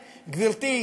גברתי,